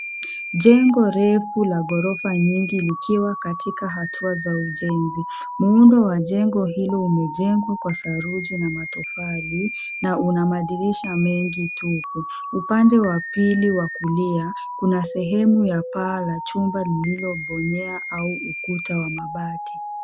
Jengo refu la gorofa nyingi likiwa katika hatua za ujenzi. Muundo wa jengo hilo umejengwa kwa saruji na matofali na una madirisha mengi tupu, upande wa pili kulia kuna sehemu ya paa la chumba lilio bonyea au ukuta wa mabati.